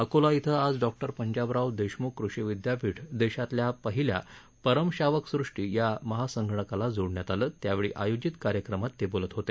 अकोला इथं आज डॉक्टर पंजाबराव देशम्ख कृषी विद्यापीठ देशातल्या पहिल्या परम शावक सृष्टी या महासंगणकाला जोडण्यात आलं त्यावेळी आयोजित कार्यक्रमात ते बोलत होते